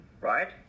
right